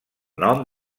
nom